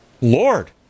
Lord